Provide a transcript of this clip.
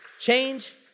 Change